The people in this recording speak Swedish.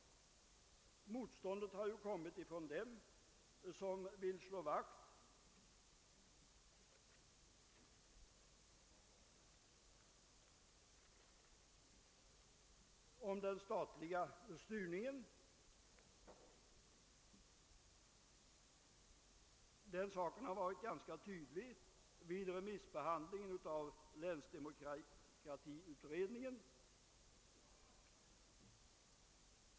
Motståndet har kommit från dem som vill slå vakt om den statliga styrningen. Detta har tydligt framgått vid remissbehandlingen av länsdemokratiutredningen.